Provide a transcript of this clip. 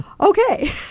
Okay